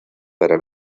para